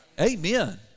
Amen